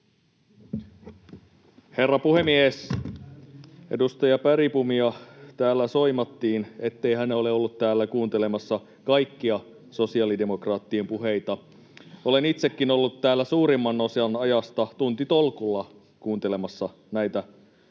Herra puhemies! Edustaja Bergbomia täällä soimattiin, ettei hän ole ollut täällä kuuntelemassa kaikkia sosiaalidemokraattien puheita. Olen itsekin ollut täällä suurimman osan ajasta tuntitolkulla kuuntelemassa näitä samoja